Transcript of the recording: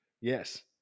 Yes